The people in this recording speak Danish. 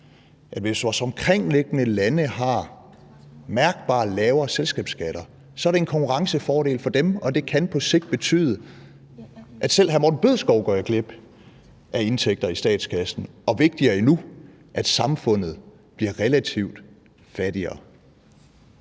hvis vores omkringliggende lande har mærkbart lavere selskabsskatter, så giver det en konkurrencefordel for dem, og det kan på sigt betyde, at selv hr. Morten Bødskov går glip af indtægter i statskassen, og vigtigere endnu, at samfundet bliver relativt fattigere?